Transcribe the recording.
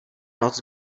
noc